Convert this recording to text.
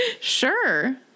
Sure